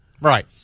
Right